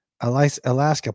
Alaska